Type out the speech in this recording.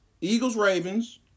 Eagles-Ravens